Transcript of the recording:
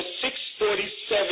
647